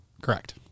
correct